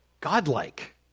godlike